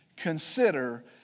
Consider